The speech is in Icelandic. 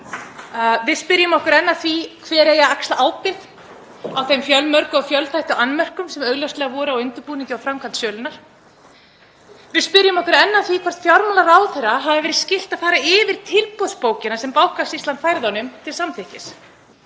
Við spyrjum okkur enn að því hver eigi að axla ábyrgð á þeim fjölmörgu og fjölþættu annmörkum sem augljóslega voru á undirbúningi og framkvæmd sölunnar. Við spyrjum okkur enn að því hvort fjármálaráðherra hafi verið skylt að fara yfir tilboðsbókina sem Bankasýslan færði honum til samþykkis.